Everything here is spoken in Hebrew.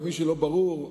ולמי שלא ברור,